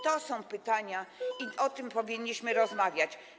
To są pytania i o tym powinniśmy rozmawiać.